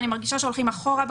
אני מרגישה שהולכים אחורה.